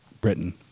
Britain